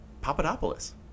Papadopoulos